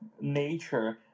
nature